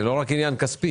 זה לא רק עניין כספי.